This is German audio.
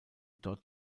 dort